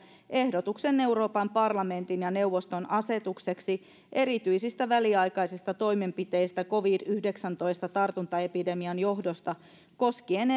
ehdotuksen euroopan parlamentin ja neuvoston asetukseksi erityisistä väliaikaisista toimenpiteistä covid yhdeksäntoista tartuntaepidemian johdosta koskien